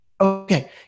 Okay